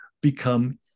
become